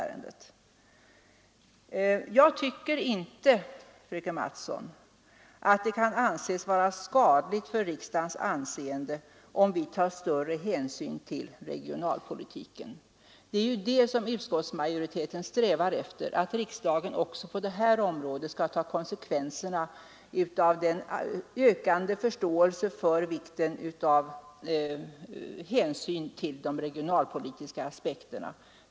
Jag tycker inte, fröken Mattson, att det kan anses vara skadligt för riksdagens anseende om vi tar större hänsyn till regionalpolitiken. Utskottsmajoriteten strävar ju efter att riksdagen också på detta område skall ta konsekvenserna av den ökande förståelsen för vikten av hänsyn till de regionalpolitiska aspekterna.